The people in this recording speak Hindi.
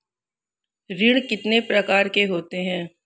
ऋण कितने प्रकार के होते हैं?